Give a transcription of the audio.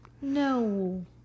No